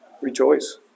Rejoice